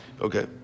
Okay